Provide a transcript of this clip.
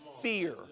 fear